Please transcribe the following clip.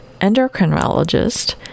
endocrinologist